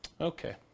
Okay